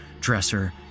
dresser